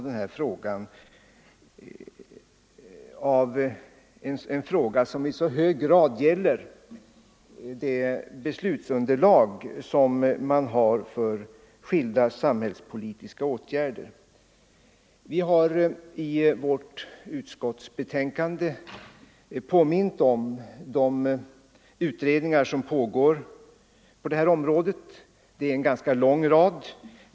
Denna fråga gäller i hög grad det beslutsunderlag man har för skilda samhällspolitiska åtgärder. I utskottsbetänkandet har vi påmint om de utredningar som pågår på detta område — en ganska lång rad.